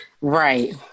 Right